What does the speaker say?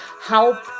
help